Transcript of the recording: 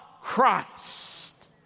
Christ